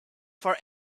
for